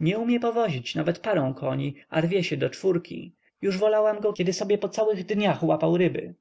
nie umie powozić nawet parą koni a rwie się do czwórki już wolałam go kiedy sobie po całych dniach łapał ryby